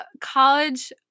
college